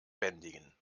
bändigen